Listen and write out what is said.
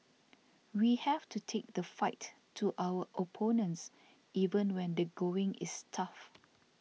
we have to take the fight to our opponents even when the going is tough